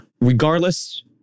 Regardless